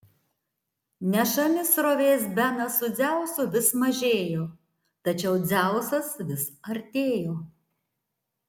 nešami srovės benas su dzeusu vis mažėjo tačiau dzeusas vis artėjo